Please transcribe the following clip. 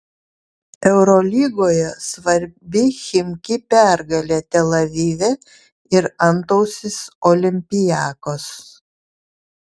eurolygoje svarbi chimki pergalė tel avive ir antausis olympiakos